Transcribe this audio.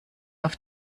auf